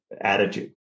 attitude